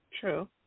True